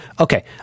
Okay